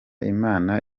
imana